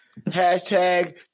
Hashtag